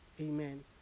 Amen